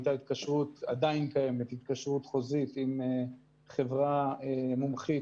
הייתה התקשרות ועדיין קיימת התקשרות חוזית עם חברה מומחית